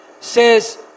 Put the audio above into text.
says